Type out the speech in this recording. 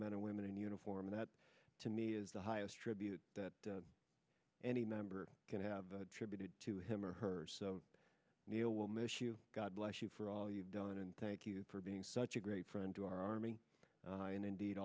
men and women in uniform that to me is the highest tribute that any member can have attributed to him or her neil we'll miss you god bless you for all you've done and thank you for being such a great friend to our army and indeed